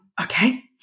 Okay